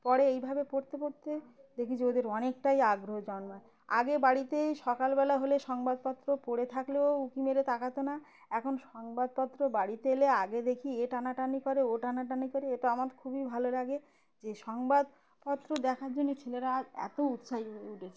পড়ে এইভাবে পড়তে পড়তে দেখি যে ওদের অনেকটাই আগ্রহ জন্মায় আগে বাড়িতে সকালবেলা হলে সংবাদপত্র পড়ে থাকলেও উঁকি মেরে তাকাত না এখন সংবাদপত্র বাড়িতে এলে আগে দেখি এ টানাটানি করে ও টানাটানি করে এটা আমার খুবই ভালো লাগে যে সংবাদপত্র দেখার জন্য ছেলেরা আজ এত উৎসাহী হয়ে উঠেছে